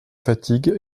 fatigue